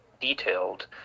detailed